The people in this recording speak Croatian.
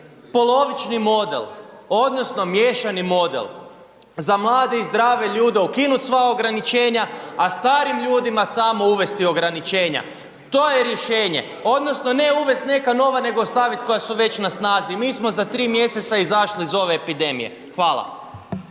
polovični model odnosno miješani model, za mlade i zdrave ljude ukinut sva ograničenja, a starim ljudima samo uvesti ograničenja. To je rješenje odnosno ne uvest neka nova nego ostavit koja su već na snazi i mi smo za tri mjeseca izašli iz ove epidemije. Hvala.